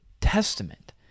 Testament